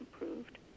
improved